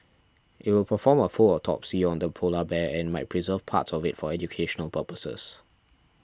it will perform a full autopsy on the polar bear and might preserve parts of it for educational purposes